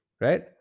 Right